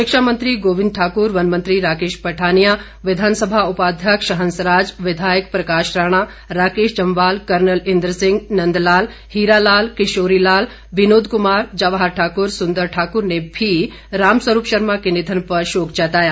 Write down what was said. शिक्षा मंत्री गोविंद ठाकर वनमंत्री राकेश पठानिया विधानसभा उपाध्यक्ष हंस राज विधायक प्रकाश राणा राकेश जम्वाल कर्नल इंद्र सिंह नंद लाल हीरा लाल किशोरी लाल विनोद कुमार जवाहर ठाकुर सुंदर ठाकुर ने भी रामस्वरूप शर्मा के निधन पर शोक जताया